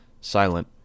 Silent